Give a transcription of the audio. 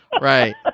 Right